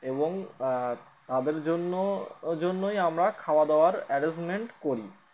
এবং তাদের জন্য জন্যই আমরা খাওয়া দাওয়ার অ্যারেঞ্জমেন্ট করি